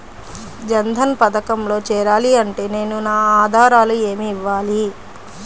జన్ధన్ పథకంలో చేరాలి అంటే నేను నా ఆధారాలు ఏమి ఇవ్వాలి?